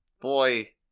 Boy